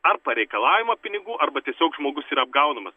ar pareikalavimo pinigų arba tiesiog žmogus yra apgaunamas